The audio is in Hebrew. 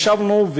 ישבנו,